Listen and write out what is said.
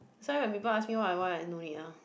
that's why when people ask me what I want I no need ah